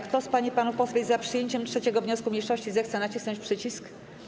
Kto z pań i panów posłów jest za przyjęciem 3. wniosku mniejszości, zechce nacisnąć przycisk.